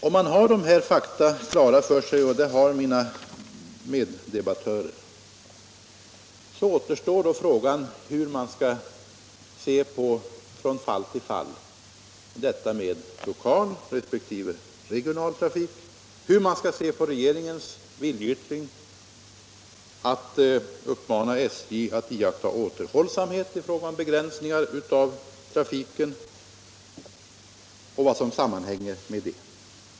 Om man har dessa fakta klara för sig, och det har mina meddebattörer, återstår frågan hur man från fall till fall skall se på detta med lokal resp. regional trafik och hur man skall se på regeringens viljeyttring att uppmana SJ att iaktta återhållsamhet i begränsningar av trafiken och vad som sammanhänger med det.